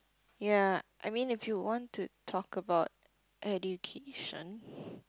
ya I mean if you want to talk about education